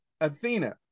Athena